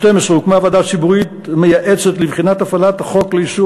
הוקמה ועדה ציבורית מייעצת לבחינת הפעלת החוק לאיסור